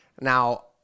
now